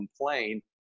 complain